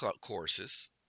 courses